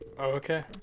okay